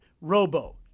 Robo